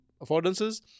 affordances